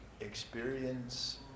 experience